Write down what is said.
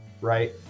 right